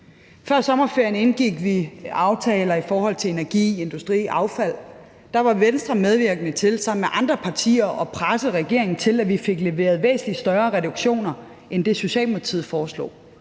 Før sommerferien indgik vi aftaler i forhold til energi, industri og affald, og der var Venstre sammen med andre partier medvirkende til at presse regeringen til, at vi fik leveret væsentlig større reduktioner end det, som Socialdemokratiet foreslår.